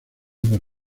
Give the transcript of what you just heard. por